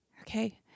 Okay